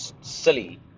silly